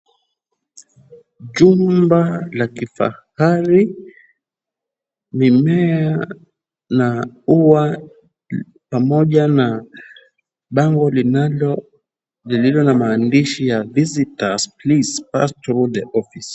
Jumba la kifahari, mimea na ua pamoja na bango linalo, lililo na maandishi ya visitors please pass through the office .